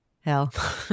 hell